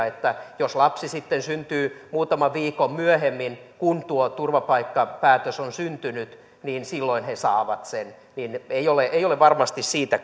että jos lapsi sitten syntyy muutaman viikon myöhemmin kuin tuo turvapaikkapäätös on syntynyt niin silloin he saavat sen ei ole varmasti siitä